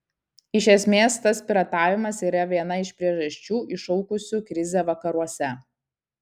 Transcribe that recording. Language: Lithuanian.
iš esmės tas piratavimas yra viena iš priežasčių iššaukusių krizę vakaruose